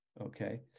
okay